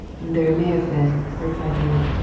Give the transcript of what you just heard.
there may have been, replied neal.